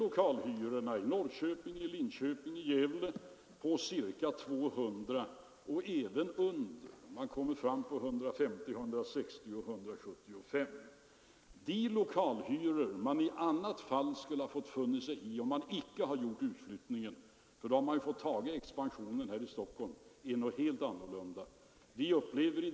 Lokalhyrorna i Norrköping, Linköping och Gävle ligger på ca 200 kronor per kvadratmeter och under detta; man har kommit fram till hyror på 150, 160 och 175 kronor per kvadratmeter. De lokalhyror man skulle ha fått finna sig i om inte utflyttningen kommit till stånd utan man fått göra expansionen här i Stockholm är av helt annan storlek.